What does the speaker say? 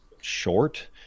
short